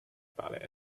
about